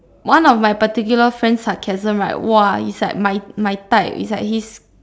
one of my particular friend's sarcasm right !wah! is like my my type is like he's